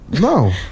No